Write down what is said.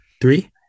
Three